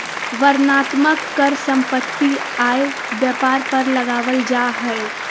वर्णनात्मक कर सम्पत्ति, आय, व्यापार पर लगावल जा हय